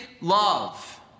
love